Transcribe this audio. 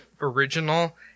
original